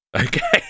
Okay